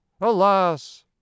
alas